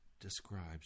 describes